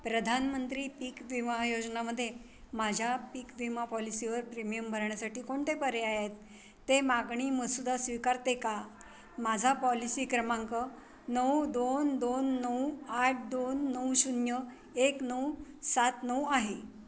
प्रधानमंत्री पीक विमा योजनेमध्ये माझ्या पीक विमा पॉलिसीवर प्रीमियम भरण्यासाठी कोणते पर्याय आहेत ते मागणी मसुदा स्वीकारते का माझा पॉलिसी क्रमांक नऊ दोन दोन नऊ आठ दोन नऊ शून्य एक नऊ सात नऊ आहे